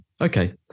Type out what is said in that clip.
okay